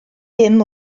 dim